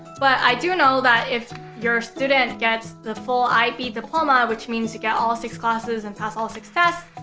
but i do know that if your student gets the full ib diploma which means you get all six classes and pass all six tests.